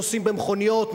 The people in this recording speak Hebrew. נוסעים במכוניות,